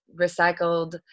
recycled